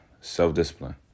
self-discipline